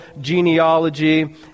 genealogy